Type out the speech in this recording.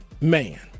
Man